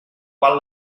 qual